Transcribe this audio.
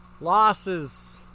losses